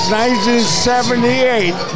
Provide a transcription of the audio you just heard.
1978